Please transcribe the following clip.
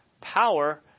power